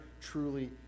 truly